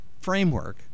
framework